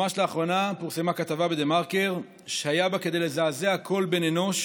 ממש לאחרונה פורסמה כתבה בדה-מרקר שהיה בה כדי לזעזע כל בן אנוש,